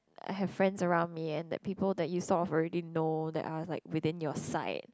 I have friends around me and that people that you saw already know that I was like within your sight